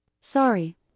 Sorry